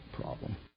problem